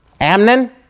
Amnon